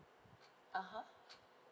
uh (huh)